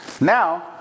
Now